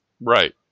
Right